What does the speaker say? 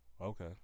Okay